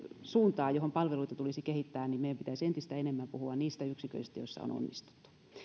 suuntaa johon palveluita tulisi kehittää niin meidän pitäisi entistä enemmän puhua niistä yksiköistä joissa on onnistuttu